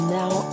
now